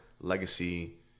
legacy